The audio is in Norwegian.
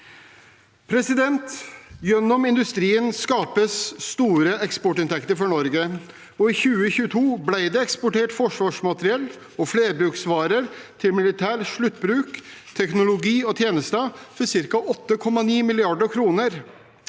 Gjennom industrien skapes store eksportinntekter for Norge, og i 2022 ble det eksportert forsvarsmateriell og flerbruksvarer til militær sluttbruk, teknologi og tjenester for ca. 8,9 mrd. kr.